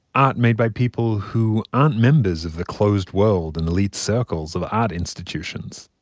art made by people who aren't members of the closed world and elite circles of art institutions.